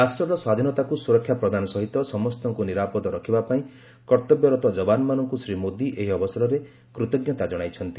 ରାଷ୍ଟ୍ରର ସ୍ୱାଧୀନତାକୁ ସୁରକ୍ଷା ପ୍ରଦାନ ସହିତ ସମସ୍ତଙ୍କୁ ନିରାପଦ ରଖିବା ପାଇଁ କର୍ତ୍ତବ୍ୟରତ ଯବାନମାନଙ୍କୁ ଶ୍ରୀ ମୋଦୀ ଏହି ଅବସରରେ କୃତଜ୍ଞତା କଣାଇଛନ୍ତି